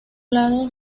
lado